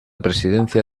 presidencia